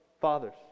fathers